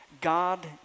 God